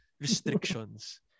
restrictions